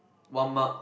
one mark